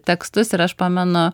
tekstus ir aš pamenu